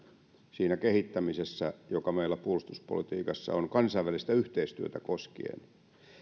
siinä kehittämisessä joka meillä puolustuspolitiikassa on kansainvälistä yhteistyötä koskien